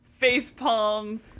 facepalm